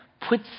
put